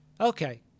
Okay